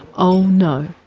oh no,